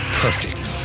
perfect